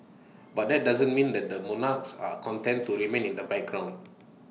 but that doesn't mean that the monarchs are content to remain in the background